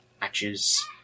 matches